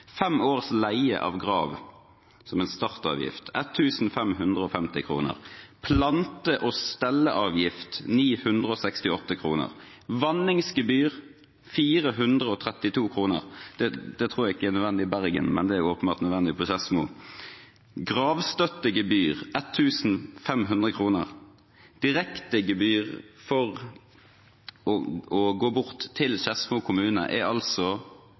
fem års leie av grav som en startavgift: 1 550 kr, plante- og stelleavgift: 968 kr, vanningsgebyr: 432 kr – det tror jeg ikke er nødvendig i Bergen, men det er åpenbart nødvendig på Skedsmo – gravstøttegebyr: 1 500 kr. Direktegebyr til Skedsmo kommune for å gå bort er altså